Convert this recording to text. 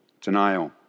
Denial